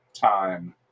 time